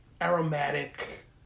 aromatic